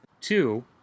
Two